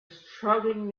struggling